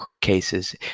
cases